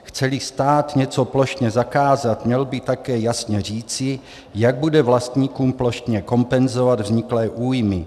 Chceli stát něco plošně zakázat, měl by také jasně říci, jak bude vlastníkům plošně kompenzovat vzniklé újmy.